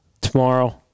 tomorrow